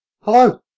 Hello